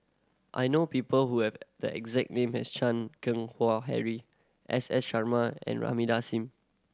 I know people who have the exact name as Chan Keng Howe Harry S S Sarma and Rahimah Thing